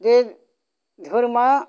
बे धोरोमा